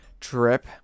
trip